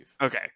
Okay